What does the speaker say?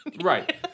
Right